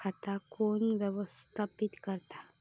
खाता कोण व्यवस्थापित करता?